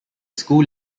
school